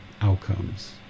outcomes